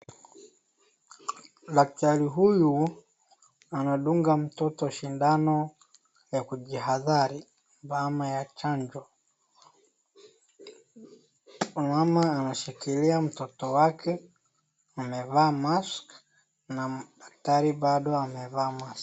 Daktari huyu, anadunga mtoto sindano ya kujihadhari ama ya chanjo. Mama anashikilia mtoto wake, amevaa mask , na daktari bado amevaa mask .